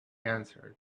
answered